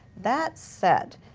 that said,